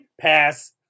Pass